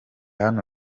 hano